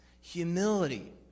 humility